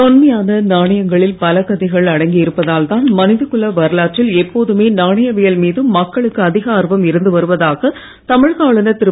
தொன்மையான நாணயங்களில் பல கதைகள் அடங்கி இருப்பதால் தான் மனிதகுல வரலாற்றில் எப்போதுமே நாணயவியல் மீது மக்களுக்கு அதிக ஆர்வம் இருந்து வருவதாக தமிழக ஆளுநர் திரு